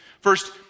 First